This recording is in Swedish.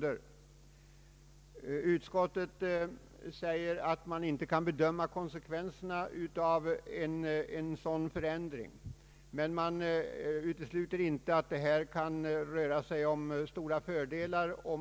Statsutskottet menar att man inte kan bedöma konsekvenserna av en sådan förändring men utesluter inte att det här kan röra sig om stora fördelar.